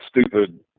stupid